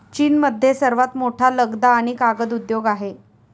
चीनमध्ये सर्वात मोठा लगदा आणि कागद उद्योग आहे